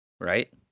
right